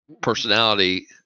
personality